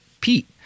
Pete